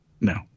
No